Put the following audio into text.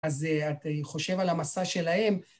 אז חושב על המסע שלהם.